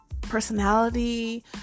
personality